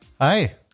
Hi